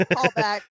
Callback